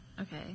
Okay